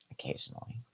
Occasionally